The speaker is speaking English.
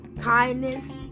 kindness